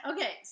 Okay